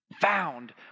found